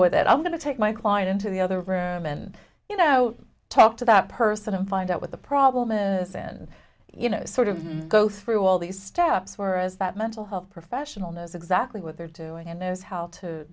that i'm going to take my client into the other room and you know talk to that person and find out what the problem is then you know sort of go through all these steps were as that mental health professional knows exactly what they're doing and knows how to